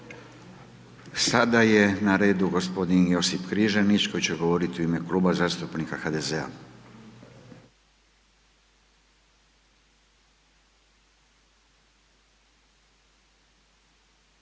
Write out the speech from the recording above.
Sada je na redu gospodin Josip Križanić koji će govoriti u ime Kluba zastupnika HDZ-a.